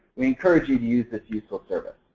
we encourage you to use this useful service.